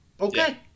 Okay